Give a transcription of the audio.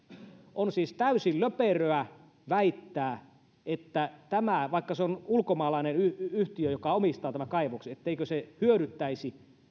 on siis täysin löperöä väittää etteikö tämä vaikka se on ulkomaalainen yhtiö joka omistaa tämän kaivoksen hyödyttäisi